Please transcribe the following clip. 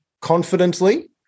confidently